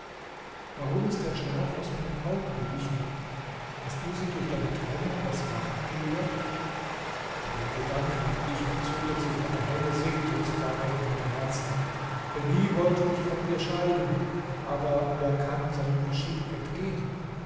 warum ist der schlaf aus meinen augen gewichen hast du sie durch deine trennung das wachen gelehrt bei dem gedanken an dich entzündet sich eine helle sehnsuchtsflamme in meinem herzen denn nie wollte ich von dir scheiden aber wer kann seinem geschick entgehen